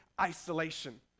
isolation